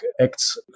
acts